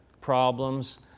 problems